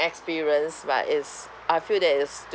experience but it’s I feel that is